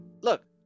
Look